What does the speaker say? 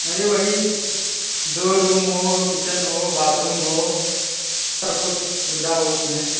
अरे वही दो रूम हो किचन हो बाथरूम हो सब कुछ सुविधा हो उसमें